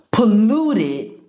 Polluted